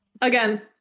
again